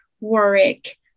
warwick